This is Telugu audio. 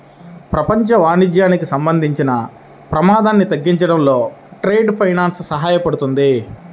ప్రపంచ వాణిజ్యానికి సంబంధించిన ప్రమాదాన్ని తగ్గించడంలో ట్రేడ్ ఫైనాన్స్ సహాయపడుతుంది